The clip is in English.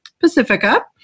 Pacifica